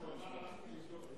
מה שהוא אמר, הלכתי לבדוק את זה.